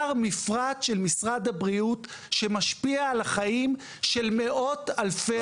אושר מפרט של משרד הבריאות שמשפיע על החיים של מאות אלפי אנשים.